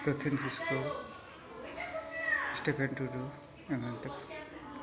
Rothin Kisku Stephen Tudu ᱮᱢᱟᱱᱠᱚ